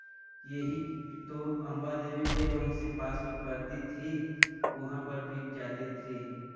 यही तो अम्बा देवी भे वहीं से पास में पड़ती थी वहाँ पर भी जाते थे